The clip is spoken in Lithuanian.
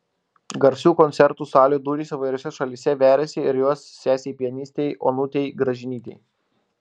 garsių koncertų salių durys įvairiose šalyse veriasi ir jos sesei pianistei onutei gražinytei